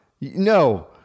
no